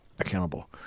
accountable